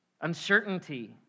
Uncertainty